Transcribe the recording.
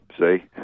See